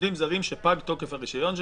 עובדים זרים שפג תוקף הרישיון שלהם,